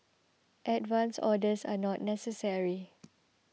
advance orders are not necessary